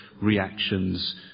reactions